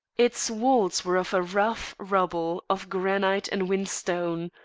its walls were of a rough rubble of granite and whinstone,